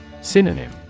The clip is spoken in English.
Synonym